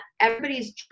everybody's